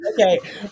okay